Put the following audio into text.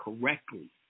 correctly